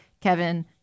Kevin